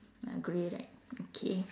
ah grey right okay